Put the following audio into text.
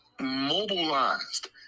Mobilized